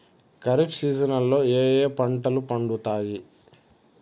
ఖరీఫ్ సీజన్లలో ఏ ఏ పంటలు పండుతాయి